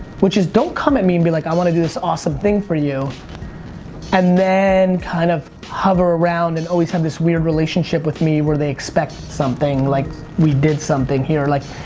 which is don't come at me and be like i wanna do this awesome thing for you and then kind of hover around and always have this weird relationship with me where they expect something like we did something here. like,